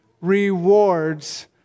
rewards